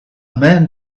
man